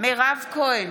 מירב כהן,